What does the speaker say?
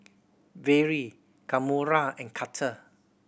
Vere Kamora and Carter